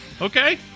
Okay